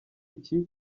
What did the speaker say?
iki